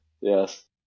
Yes